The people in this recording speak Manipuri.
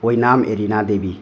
ꯑꯣꯏꯅꯥꯝ ꯑꯦꯔꯤꯅꯥ ꯗꯦꯕꯤ